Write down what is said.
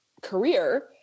career